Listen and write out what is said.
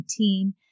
2019